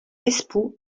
espoo